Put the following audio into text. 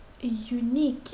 unique